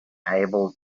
able